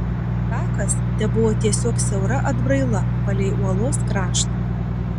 takas tebuvo tiesiog siaura atbraila palei uolos kraštą